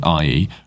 IE